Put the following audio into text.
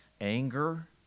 anger